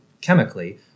chemically